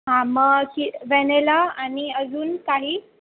हां मग की व्हॅनिला आणि अजून काही